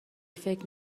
فکر